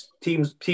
teams